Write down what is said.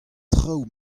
traoù